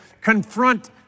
confront